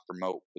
promote